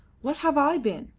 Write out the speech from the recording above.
what have i been?